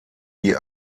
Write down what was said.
die